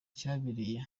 cyabereye